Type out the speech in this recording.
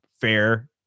fair